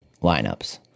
lineups